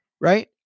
Right